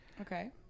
Okay